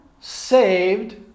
saved